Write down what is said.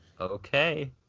Okay